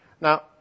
Now